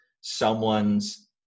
someone's